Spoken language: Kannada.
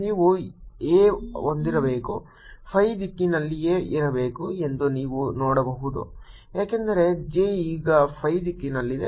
ನೀವು A ಹೊಂದಿರಬೇಕು phi ದಿಕ್ಕಿನಲ್ಲಿಯೇ ಇರಬೇಕು ಎಂದು ನೀವು ನೋಡಬಹುದು ಏಕೆಂದರೆ J ಈಗ phi ದಿಕ್ಕಿನಲ್ಲಿದೆ